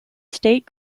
state